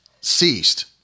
ceased